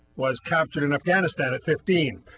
was captured in afghanistan at fifteen,